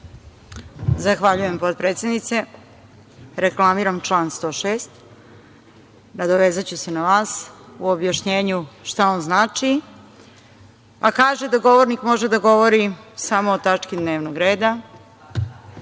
Zahvaljujem, potpredsednice. Reklamiram član 106. Nadovezaću se na vas u objašnjenju šta on znači, a kaže da govornik može da govori samo o tački dnevnog reda.